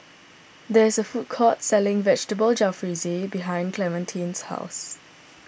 there is a food court selling Vegetable Jalfrezi behind Clementine's house